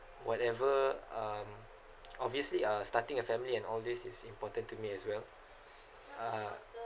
whatever um obviously uh starting a family and all this is important to me as well uh